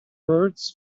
birds